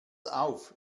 auf